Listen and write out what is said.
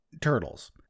Turtles